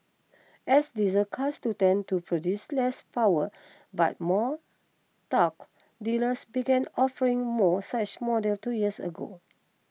as diesel cars to tend to produce less power but more torque dealers began offering more such models two years ago